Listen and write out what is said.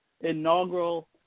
inaugural